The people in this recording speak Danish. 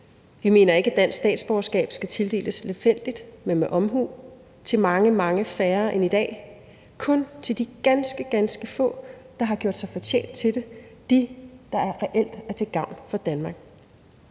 Vi mener ikke, at dansk statsborgerskab skal tildeles lemfældigt, men med omhu til mange, mange færre end i dag – kun til de ganske, ganske få, der har gjort sig fortjent til det; dem, der reelt er til gavn for Danmark.